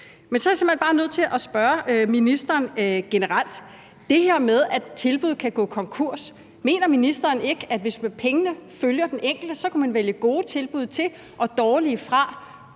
Men så er jeg simpelt hen bare nødt til at spørge ministeren generelt: I forhold til det med, at udbydere kan gå konkurs, mener ministeren så ikke, at hvis pengene følger den enkelte, så kan man vælge gode tilbud til og dårlige fra?